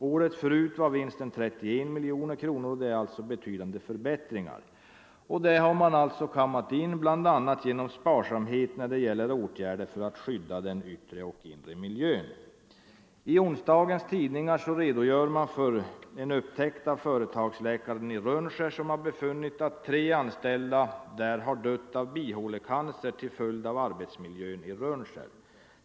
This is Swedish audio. Året dessförinnan var vinsten 31 miljoner kronor, och det är alltså en betydande förbättring. Den vinsten har man bl.a. kammat in genom sparsamhet när det gäller åtgärder för att skydda den inre och yttre miljön. I onsdagens tidningar redogörs för en upptäckt av företagsläkaren i Rönnskär som har funnit att tre anställda vid Rönnskär har dött av bihålecancer till följd av arbetsmiljön i Rönnskär.